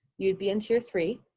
you would be in tier three.